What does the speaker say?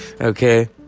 Okay